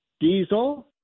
diesel